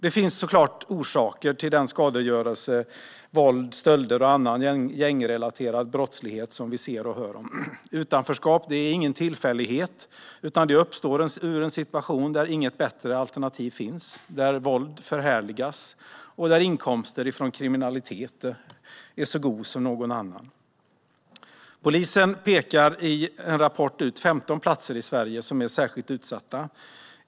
Det finns såklart orsaker till den skadegörelse, det våld, de stölder och annan gängrelaterad brottslighet vi ser och hör om. Utanförskap är ingen tillfällighet utan uppstår ur en situation där inget bättre alternativ finns, där våld förhärligas och inkomster från kriminalitet är så god som någon annan. Polisen pekar i en rapport ut 15 platser i Sverige som är särskilt utsatta.